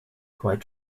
quite